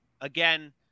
again